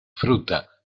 fruta